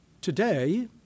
today